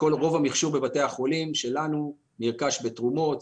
ורוב המכשור בבתי החולים שלנו נרכש בתרומות,